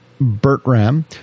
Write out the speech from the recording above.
Bertram